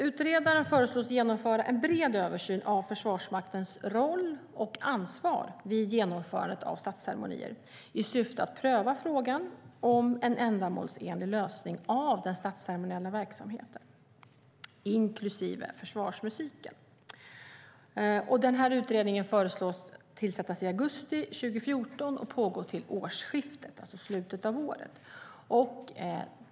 Utredaren föreslås genomföra en bred översyn av Försvarsmaktens roll och ansvar vid genomförandet av statsceremonier, i syfte att pröva frågan om en ändamålsenlig lösning av den statsceremoniella verksamheten inklusive försvarsmusiken. Utredningen föreslås tillsättas i augusti 2014 och pågå till årsskiftet, det vill säga slutet av året.